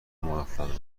موفق